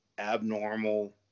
abnormal